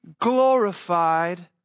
glorified